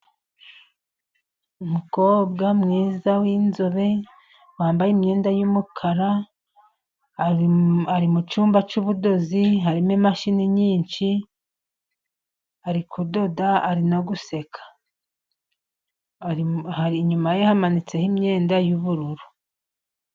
Umukobwa mwiza w'inzobe wambaye imyenda y'umukara ari mucyumba cy'ubudozi, harimo imashini nyinshi ari kudoda ari no guseka inyuma hamanitseho imyenda y'ubururu.